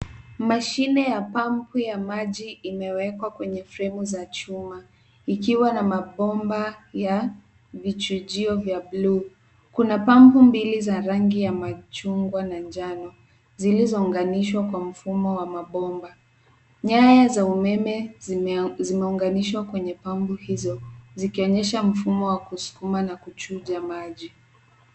Mashine ya pampu ya maji imewekwa kwenye fremu za chuma ikiwa na mabomba ya vichujio vya bluu. Kuna pampu mbili za rangi ya machungwa na njano zilizounganishwa kwa mfumo wa mabomba. Nyaya za umeme zimeunganishwa kwenye pampu hizo zikionyesha mfumo wa kusukuma na kuchuja maji.